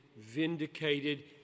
vindicated